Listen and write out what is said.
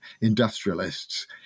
industrialists